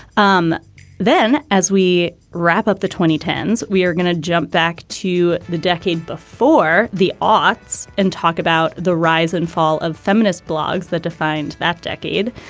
um then as we wrap up the twenty ten s, we are going to jump back to the decade before the ah aughts and talk about the rise and fall of feminist blogs that defined that decade.